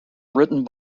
written